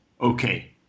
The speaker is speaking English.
okay